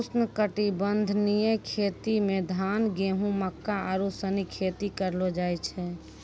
उष्णकटिबंधीय खेती मे धान, गेहूं, मक्का आरु सनी खेती करलो जाय छै